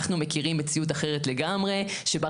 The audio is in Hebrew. אנחנו מכירים מציאות אחרת לגמרי שבה